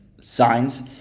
signs